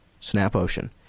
SNAPOcean